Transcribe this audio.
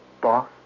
boss